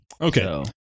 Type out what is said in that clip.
Okay